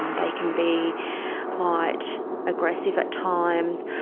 um they can be quite aggressive at times.